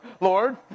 Lord